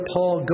Paul